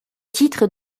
titre